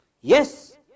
yes